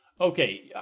Okay